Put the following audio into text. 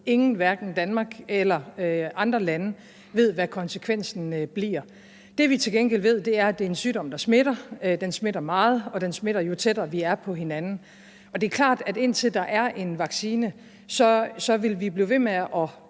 Ingen hverken i Danmark eller i andre lande ved, hvad konsekvensen bliver. Det, vi til gengæld ved, er, at det er en sygdom, der smitter. Den smitter meget, og den smitter jo tættere, vi er på hinanden. Og det er klart, at indtil der er en vaccine, vil vi blive ved med at